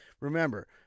Remember